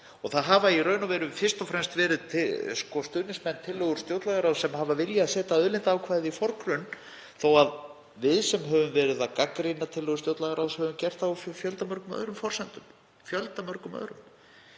Það hafa í raun og veru fyrst og fremst verið stuðningsmenn tillagna stjórnlagaráðs sem hafa viljað setja auðlindaákvæðið í forgrunn þó að við sem höfum gagnrýnt tillögur stjórnlagaráðs höfum gert það á fjöldamörgum öðrum forsendum.